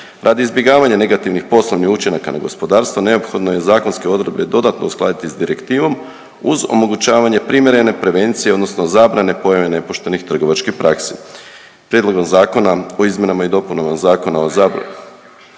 Radi izbjegavanja negativnih poslovnih učinaka na gospodarstvo neophodno je zakonske odredbe dodatno uskladiti s direktivom uz omogućavanje primjerene prevencije odnosno zabrane pojave nepoštenih trgovačkih praksi. Prijedlogom zakona o izmjenama i dopunama Zakona o zab…,